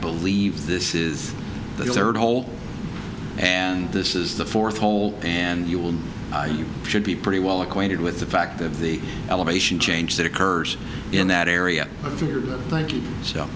believe this is the third hole and this is the fourth hole and you will you should be pretty well acquainted with the fact of the elevation change that occurs in that area so th